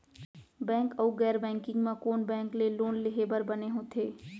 Bank अऊ गैर banking म कोन बैंक ले लोन लेहे बर बने होथे?